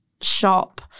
shop